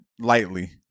lightly